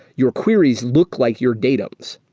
your queries look like your datums.